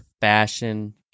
fashion